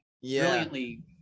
brilliantly